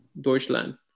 Deutschland